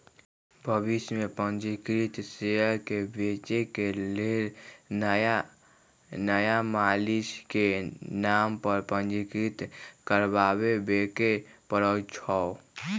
भविष में पंजीकृत शेयर के बेचे के लेल नया मालिक के नाम पर पंजीकृत करबाबेके परै छै